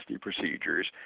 procedures